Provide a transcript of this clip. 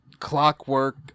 Clockwork